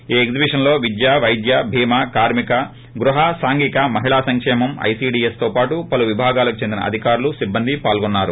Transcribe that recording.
ఈ ఎగ్లిబిషన్లో విద్య వైద్య బీమా కార్కిక గృహ సాంఘిక మహిళా సంకేమం ఐసిడిఎస్ తోపాటు పలు విభాగాలకు చెందిన అధికారులుసిబ్బంది పాల్గొన్నారు